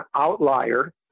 outlier